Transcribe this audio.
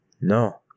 No